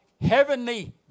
heavenly